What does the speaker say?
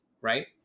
right